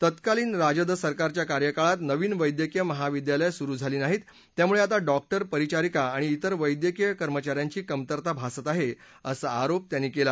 तत्कालीन राजद सरकारच्या कार्यकाळात नवीन वैद्यकीय महाविद्यालयं सुरु झाली नाहीत त्यामुळे आता डॉक्टर परिचारिका आणि जेर वैद्यकीय कर्मचा यांची कमतरता भासत आहे असा आरोप त्यांनी केली